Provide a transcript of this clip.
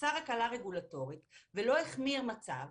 יצר הקלה רגולטורית ולא החמיר מצב,